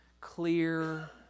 clear